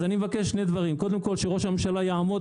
אז אני מבקש שני דברים: קודם כל שראש הממשלה יעמוד